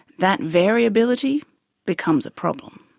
that variability becomes a problem.